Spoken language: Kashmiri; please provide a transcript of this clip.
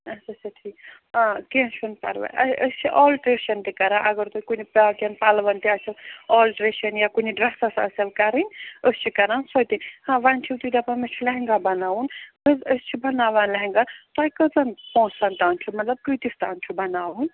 اچھا اچھا ٹھیٖک آ کینٛہہ چھُنہٕ پرواے أسۍ چھِ آلٹریشن تہِ کران اگر تۄہہِ کُنہِ باقین پَلوَن تہِ آسہِ آلٹریشن یا کُنہ ڈرٛٮ۪سَس آسَن کَرٕنۍ أسۍ چھِ کران سۄ تہِ ہاں وۄنۍ چھُو تُہۍ دپان مےٚ چھُ لہنگا بناوُن اہن حظ أسۍ چھِ بناوان لہنگا تۄہہِ کٔژَن پونسَن تام چھُ مطلب کۭتس تام چھُ بناوُن